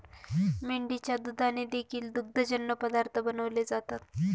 मेंढीच्या दुधाने देखील दुग्धजन्य पदार्थ बनवले जातात